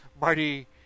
Marty